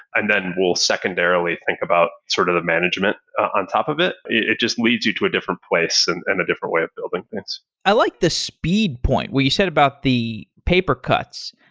and then we'll secondarily think about sort of the management on top of it. it just leads you to a different place and and a different way of building things i like the speed point, what you said about the paper cuts.